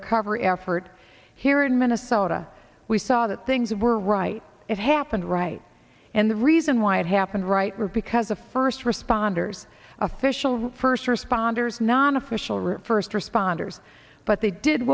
recovery effort here in minnesota we saw that things were right it happened right and the reason why it happened right were because the first responders officials first responders non official route first responders but they did